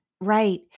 Right